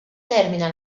termina